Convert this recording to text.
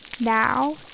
Now